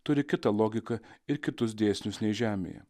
turi kitą logiką ir kitus dėsnius nei žemėje